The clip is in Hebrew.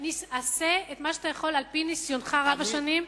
עשה את מה שאתה יכול על-פי ניסיונך רב השנים,